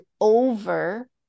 over